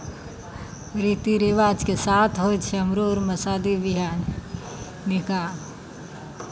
रीति रिवाजके साथ होइ छै हमरो अरमे शादी ब्याह निकाह